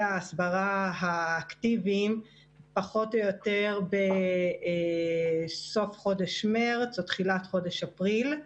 ההסברה האקטיביים פחות או יותר בסוף מרץ או תחילת אפריל,